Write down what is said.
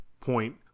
point